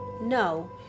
No